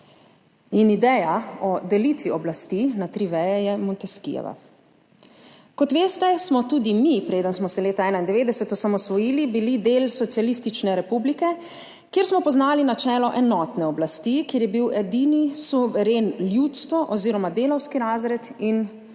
In ideja o delitvi oblasti na tri veje je Montesquieujeva. Kot veste, smo tudi mi, preden smo se leta 1991 osamosvojili, bili del socialistične republike, kjer smo poznali načelo enotne oblasti, kjer je bil edini suveren ljudstvo oziroma delavski razred in delavni